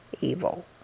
evil